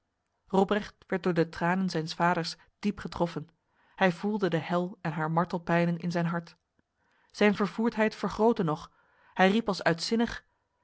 robrecht werd door de tranen zijns vaders diep getroffen hij voelde de hel en haar martelpijnen in zijn hart zijn vervoerdheid vergrootte nog hij riep als uitzinnig